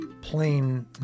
plain